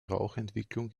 rauchentwicklung